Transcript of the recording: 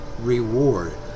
reward